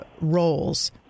roles